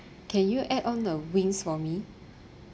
can you add on the wings for me